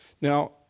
Now